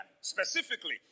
specifically